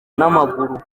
n’amaguru